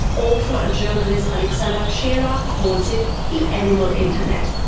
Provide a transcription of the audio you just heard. author and journalist alexander pschera calls it the animal internet,